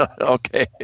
Okay